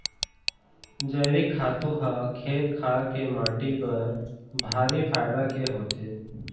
जइविक खातू ह खेत खार के माटी बर भारी फायदा के होथे